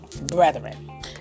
Brethren